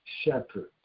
Shepherd